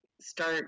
start